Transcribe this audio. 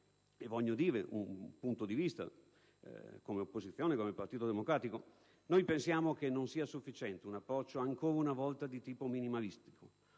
voglio dire, come punto di vista dell'opposizione e del Partito Democratico, che pensiamo non sia sufficiente un approccio ancora una volta di tipo minimalista.